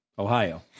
Ohio